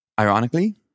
Ironically